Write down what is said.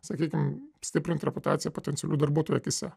sakykim stiprinti reputaciją potencialių darbuotojų akyse